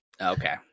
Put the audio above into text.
Okay